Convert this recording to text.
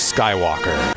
Skywalker